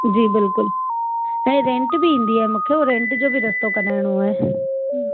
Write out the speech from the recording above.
जी बिल्कुलु ऐं रेंट बि ईंदी आहे मूंखे हू रेंट जो बि रस्तो कराइणो आहे